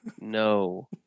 No